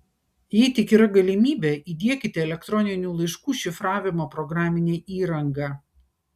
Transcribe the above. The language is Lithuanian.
jei tik yra galimybė įdiekite elektroninių laiškų šifravimo programinę įrangą